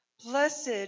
Blessed